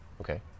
Okay